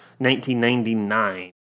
1999